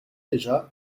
déjà